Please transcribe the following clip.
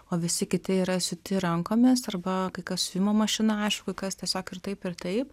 o visi kiti yra siūti rankomis arba kai kas siuvimo mašina aišku kas tiesiog ir taip ir taip